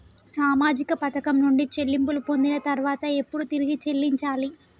సామాజిక పథకం నుండి చెల్లింపులు పొందిన తర్వాత ఎప్పుడు తిరిగి చెల్లించాలి?